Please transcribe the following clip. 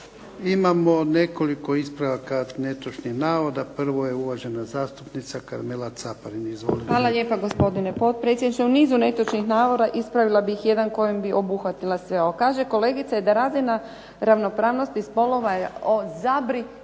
Imamo nekoliko ispravaka netočnih navoda, prvo je uvažena zastupnica Karmela Caparin. Izvolite. **Caparin, Karmela (HDZ)** Hvala lijepo gospodine potpredsjedniče. U nizu netočnih navoda ispravila bih jedan kojim bi obuhvatila sve ovo. Kaže kolegica da je razina ravnopravnosti spolova